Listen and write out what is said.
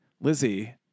Lizzie